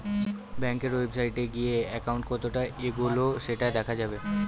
ব্যাঙ্কের ওয়েবসাইটে গিয়ে একাউন্ট কতটা এগোলো সেটা দেখা যাবে